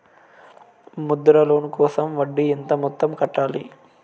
Mudra loan కోసం వడ్డీ ఎంత మొత్తం కట్టాలి